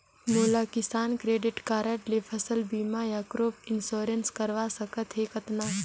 मोला किसान credit card ले फसल बीमा या क्रॉप इंश्योरेंस करवा सकथ हे कतना?